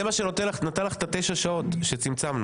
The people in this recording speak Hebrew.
מירב, זה מה שנתן לך את התשע שעות שצמצמנו.